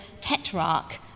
tetrarch